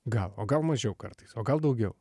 gal o gal mažiau kartais o gal daugiau